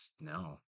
No